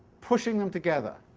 pushing them together,